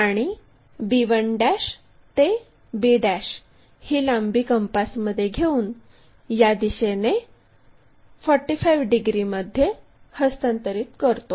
आणि b1 ते b ही लांबी कंपासमध्ये घेऊन या दिशेने 45 डिग्रीमध्ये हस्तांतरित करतो